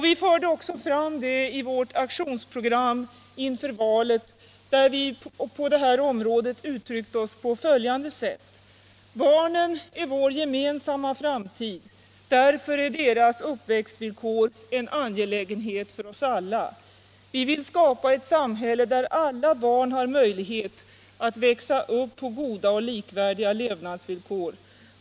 Vi förde också fram detta i vårt aktionsprogram inför valet där vi på detta område uttryckte oss på följande sätt: ”Barnen är vår gemensamma framtid. Därför är deras uppväxtvillkor en angelägenhet för oss alla. Vi vill skapa ett samhälle där alla barn har möjlighet att växa upp på goda och likvärdiga levnadsvillkor.